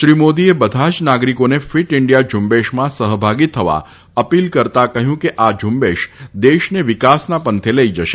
શ્રી મોદીએ બધા જ નાગરીકોને ફિટ ઇન્ડિયા ઝુંબેશમાં સહભાગી થવા અપીલ કરતાં કહ્યું કે આ ઝુંબેશ દેશને વિકાસના પંથે લઇ જશે